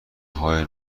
های